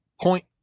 point